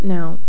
Now